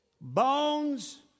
Bones